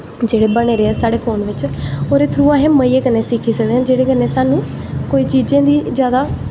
जेह्ड़े बने दे ऐ साढ़े फोन बिच होर इ'त्थूं अस मजे कन्नै सिक्खी सकदे आं जेह्दे कन्नै सानूं कोई चीज़ें दी जादा